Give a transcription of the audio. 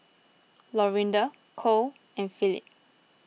Lorinda Kole and Phillip